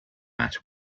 matter